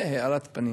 הוספת אותי?